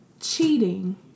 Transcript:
Cheating